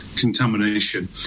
contamination